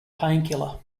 painkiller